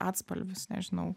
atspalvius nežinau